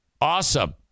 Awesome